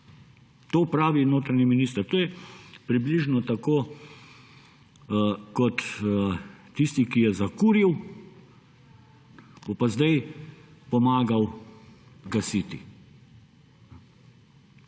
To pravi notranji minister. To je približno tako kot tisti, ki je zakuril, bo pa zdaj pomagal gasiti.